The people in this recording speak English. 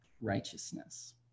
righteousness